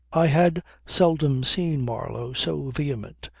i had seldom seen marlow so vehement,